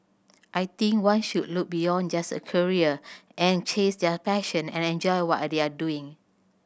I think one should look beyond just a career and chase their passion and enjoy what they are doing